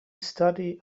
study